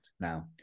now